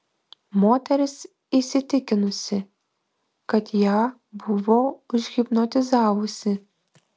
moteris įsitikinusi kad ją buvo užhipnotizavusi